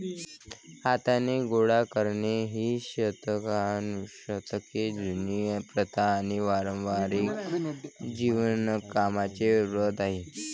हाताने गोळा करणे ही शतकानुशतके जुनी प्रथा आणि पारंपारिक शिवणकामाचे तंत्र आहे